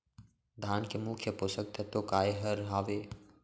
धान के मुख्य पोसक तत्व काय हर हावे?